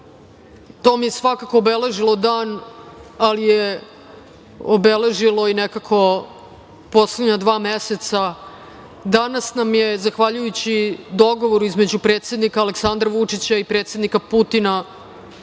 to mi je svakako obeležilo dan, ali je obeležilo i nekako poslednja dva meseca. Danas nam je zahvaljujući dogovoru između predsednika Aleksandra Vučića i predsednika Putina,